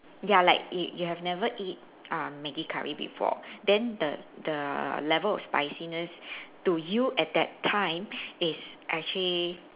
ya like you you have never eat uh Maggi curry before then the the level of spiciness to you at that time is actually